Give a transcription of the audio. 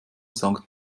sankt